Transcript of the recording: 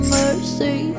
mercy